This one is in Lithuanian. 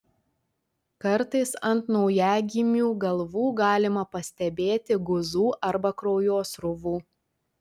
kartais ant naujagimių galvų galima pastebėti guzų arba kraujosruvų